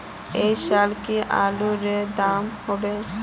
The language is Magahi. ऐ साल की आलूर र दाम होबे?